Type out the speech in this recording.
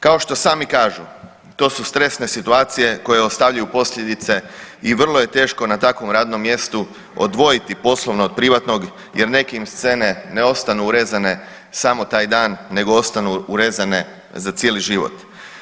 Kao što sami kažu to su stresne situacije koje ostavljaju posljedice i vrlo je teško na takvom radnom mjestu odvojiti poslovno od privatnog, jer neke im scene ne ostanu urezane samo taj dan, nego ostanu urezane za cijeli život.